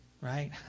Right